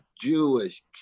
Jewish